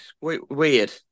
Weird